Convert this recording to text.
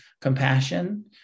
compassion